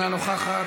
אינה נוכחת,